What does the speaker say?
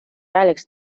alex